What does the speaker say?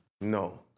No